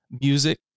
music